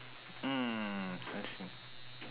mm I see